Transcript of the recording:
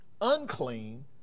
unclean